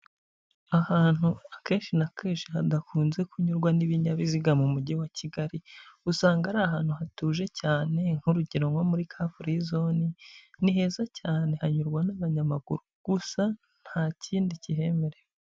Ahantu akenshi na kenshi hadakunze kunyurwa n'ibinyabiziga mu mujyi wa Kigali, usanga ari ahantu hatuje cyane nk'urugero nko muri ka furi zone ni heza cyane hanyurwa n'abanyamaguru gusa nta kindi kihemerewe.